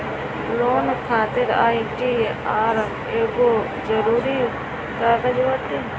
loan खातिर ITR एगो जरुरी कागज बाटे